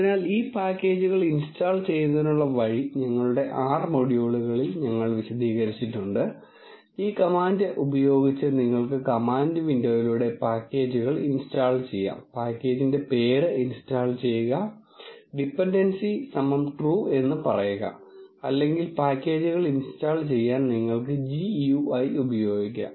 അതിനാൽ ഈ പാക്കേജുകൾ ഇൻസ്റ്റാൾ ചെയ്യുന്നതിനുള്ള വഴി ഞങ്ങളുടെ R മൊഡ്യൂളുകളിൽ ഞങ്ങൾ വിശദീകരിച്ചിട്ടുണ്ട് ഈ കമാൻഡ് ഉപയോഗിച്ച് നിങ്ങൾക്ക് കമാൻഡ് വിൻഡോയിലൂടെ പാക്കേജുകൾ ഇൻസ്റ്റാൾ ചെയ്യാം പാക്കേജിന്റെ പേര് ഇൻസ്റ്റാൾ ചെയ്യുക ഡിപൻഡൻസി true എന്ന് പറയുക അല്ലെങ്കിൽ പാക്കേജുകൾ ഇൻസ്റ്റാൾ ചെയ്യാൻ നിങ്ങൾക്ക് GUI ഉപയോഗിക്കാം